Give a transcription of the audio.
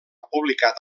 publicat